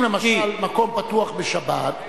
אם למשל מקום פתוח בשבת,